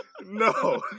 No